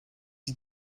die